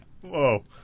Whoa